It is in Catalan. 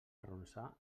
arronsar